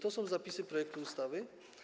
To są zapisy projektu ustawy.